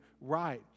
right